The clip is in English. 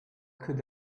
could